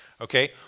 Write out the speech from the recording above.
okay